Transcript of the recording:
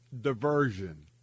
diversion